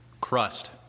crust